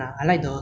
and